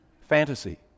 Fantasy